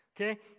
okay